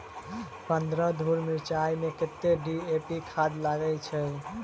पन्द्रह धूर मिर्चाई मे कत्ते डी.ए.पी खाद लगय छै?